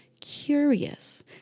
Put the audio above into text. Curious